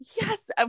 yes